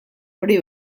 hori